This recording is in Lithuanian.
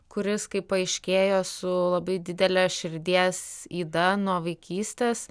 kuris kaip paaiškėjo su labai didele širdies yda nuo vaikystės